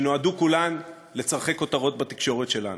שנועדו כולן לצורכי כותרות בתקשורת שלנו.